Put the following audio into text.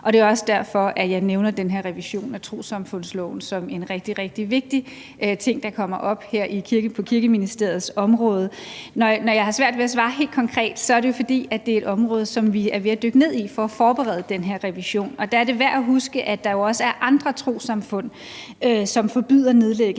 Og det er også derfor, at jeg nævner den her revision af trossamfundsloven som en rigtig, rigtig vigtig ting, der kommer op her på Kirkeministeriets område. Når jeg har svært ved at svare helt konkret, er det, fordi det er et område, som vi er ved at dykke ned i for at forberede den her revision. Og der er det værd at huske, at der jo også er andre trossamfund, som forbyder nedlæggelse